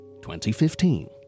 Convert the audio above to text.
2015